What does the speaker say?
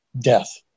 death